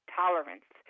tolerance